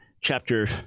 chapter